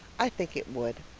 i think it would,